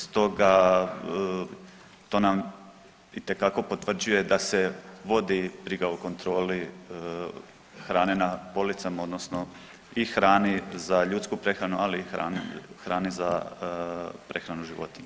Stoga to nam itekako potvrđuje da se vodi briga o kontroli hrane na policama, odnosno i hrane za ljudsku prehranu, ali i hrane za prehranu životinja.